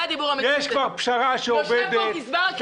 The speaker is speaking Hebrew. יושב כאן גזבר הקיבוץ,